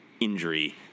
Injury